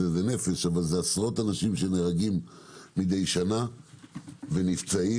זה עשרות אנשים שנהרגים מדי שנה ונפצעים.